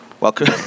Welcome